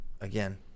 Again